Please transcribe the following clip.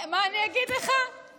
אדוני היושב-ראש, היה יכול לא לחתום.